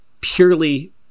purely